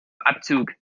abzug